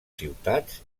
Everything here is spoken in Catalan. ciutats